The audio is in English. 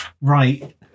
Right